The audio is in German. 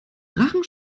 drachen